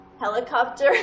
helicopter